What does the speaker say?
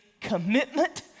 commitment